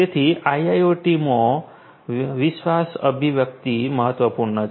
તેથીઆઈઆઈઓટી માં વિશ્વાસ અભિવ્યક્તિ મહત્વપૂર્ણ છે